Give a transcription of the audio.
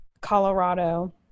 colorado